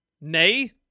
nay